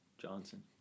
Johnson